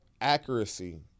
accuracy